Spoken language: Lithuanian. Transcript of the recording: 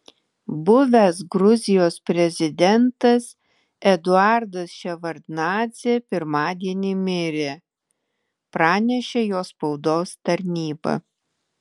buvęs gruzijos prezidentas eduardas ševardnadzė pirmadienį mirė pranešė jo spaudos tarnyba